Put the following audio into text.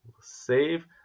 save